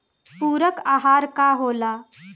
पुरक अहार का होला?